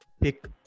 pick